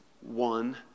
one